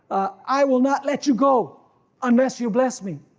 i will not let you go unless you bless me.